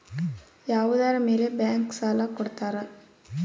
ಯಾವುದರ ಮೇಲೆ ಬ್ಯಾಂಕ್ ಸಾಲ ಕೊಡ್ತಾರ?